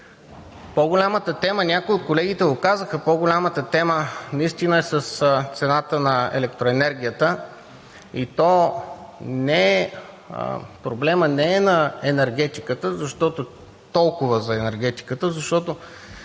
По-голямата тема – някои от колегите го казаха, наистина е с цената на електроенергията, и то проблемът не е на енергетиката – толкова за енергетиката, защото